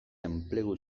enplegu